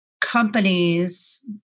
companies